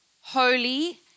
holy